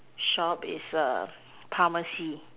shop is err pharmacy